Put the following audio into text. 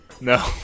No